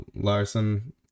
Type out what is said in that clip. Larson